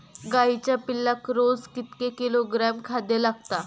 गाईच्या पिल्लाक रोज कितके किलोग्रॅम खाद्य लागता?